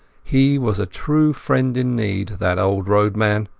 he was a true friend in need, that old roadman.